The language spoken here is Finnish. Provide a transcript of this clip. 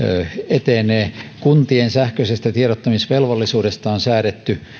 etenee kuntien sähköisestä tiedottamisvelvollisuudesta on säädetty